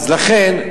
לכן,